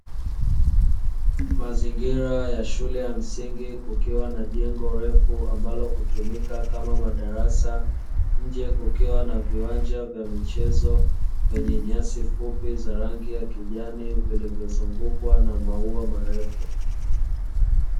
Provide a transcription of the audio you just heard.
Mazingira ya shule ya msingi kukiwa na jengo refu ambalo hutumika kama madarasa, nje kukiwa na viwanja vya michezo vyenye nyasi fupi za rangi ya kijani zilizozungukwa na maua marefu.